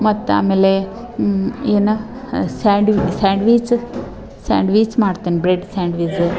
ಮತ್ತು ಆಮೇಲೆ ಏನು ಸ್ಯಾಂಡ್ವಿ ಸ್ಯಾಂಡ್ವೀಚ್ ಸ್ಯಾಂಡ್ವೀಚ್ ಮಾಡ್ತೇನೆ ಬ್ರೆಡ್ ಸ್ಯಾಂಡ್ವಿಝು